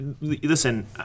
listen